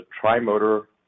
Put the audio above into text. tri-motor